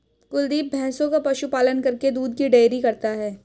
कुलदीप भैंसों का पशु पालन करके दूध की डेयरी करता है